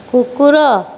କୁକୁର